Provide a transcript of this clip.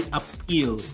appeal